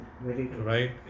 right